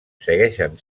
segueixen